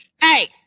hey